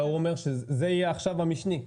הוא אומר שזה יהיה עכשיו המשני.